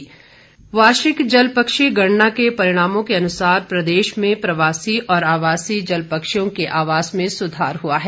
वनमंत्री वार्षिक जल पक्षी गणना के परिणामों के अनुसार प्रदेश में प्रवासी और आवासी जल पक्षियों के आवास में सुधार हुआ है